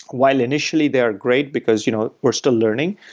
while initially they are great because you know we're still learning,